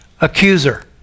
accuser